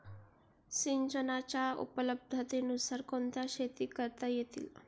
सिंचनाच्या उपलब्धतेनुसार कोणत्या शेती करता येतील?